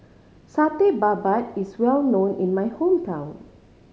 Satay Babat is well known in my hometown